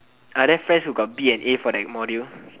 other friends who got B and A for that module